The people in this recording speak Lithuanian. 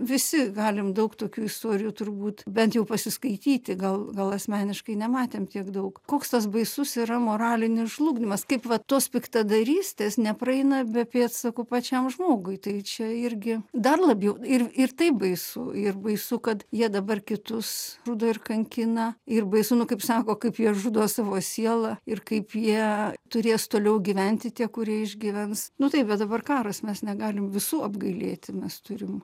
visi galim daug tokių istorijų turbūt bent jau pasiskaityti gal gal asmeniškai nematėm tiek daug koks tas baisus yra moralinis žlugdymas kaip va tos piktadarystės nepraeina be pėdsakų pačiam žmogui tai čia irgi dar labiau ir ir taip baisu ir baisu kad jie dabar kitus žudo ir kankina ir baisu nu kaip sako kaip jie žudo savo sielą ir kaip jie turės toliau gyventi tie kurie išgyvens nu taip bet dabar karas mes negalim visų apgailėti mes turim